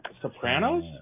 Sopranos